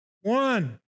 One